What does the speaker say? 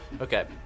Okay